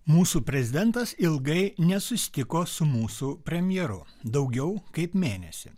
mūsų prezidentas ilgai nesusitiko su mūsų premjeru daugiau kaip mėnesį